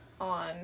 on